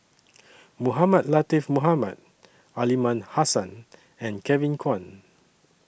Mohamed Latiff Mohamed Aliman Hassan and Kevin Kwan